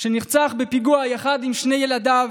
שנרצח בפיגוע יחד עם שני ילדיו,